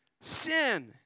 sin